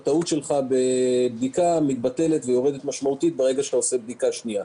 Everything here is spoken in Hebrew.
הטעות שלך בבדיקה מתבטלת ויורדת משמעותית ברגע שאתה עושה בדיקה שנייה.